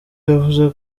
yavuze